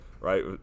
right